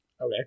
Okay